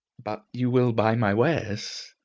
but you will buy my wares?